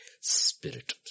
Spirit